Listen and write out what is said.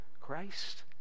Christ